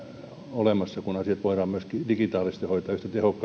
olemassa kun asiat voidaan myöskin digitaalisesti hoitaa yhtä tehokkaasti mutta ulosottopuolella